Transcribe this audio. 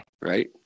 Right